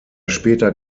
später